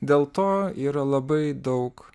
dėl to yra labai daug